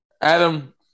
Adam